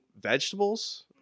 vegetables